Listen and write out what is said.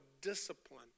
discipline